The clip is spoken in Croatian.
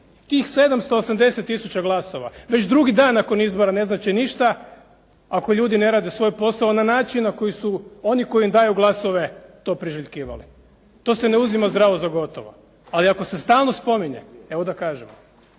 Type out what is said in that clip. Tih 780000 glasova već drugi dan nakon izbora ne znače ništa ako ljudi ne rade svoj posao na način na koji su oni koji im daju glasove to priželjkivali. To se ne uzima zdravo za gotovo. Ali ako se stalno spominje, evo da kažemo,